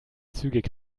zügig